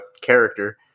character